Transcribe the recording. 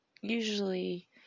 usually